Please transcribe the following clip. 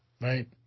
Right